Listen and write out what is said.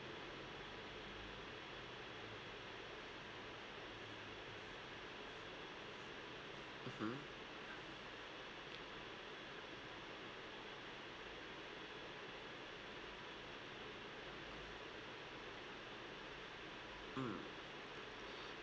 mmhmm mm